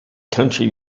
country